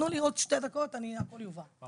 תנו לי עוד שתי דקות, הכול יובן.